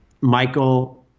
Michael